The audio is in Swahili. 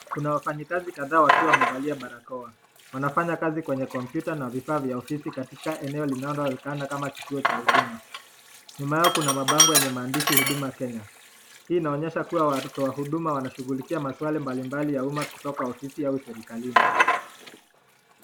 Kuna wafanyakazi kadhaa wakiwa wamevalia barakoa, wanafanya kazi kwenye (computer) na vifaa vya ofisi katika eleo linalo onekana kama kituo cha huduma, nyuma yao kuna mabango yenye maandishi huduma kenya, hii inaonyesha kuwa watoto wa huduma wanashugulikia maswali mbalimbali za uma kutoka ofisi au serekalini.